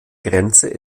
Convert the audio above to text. grenze